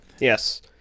Yes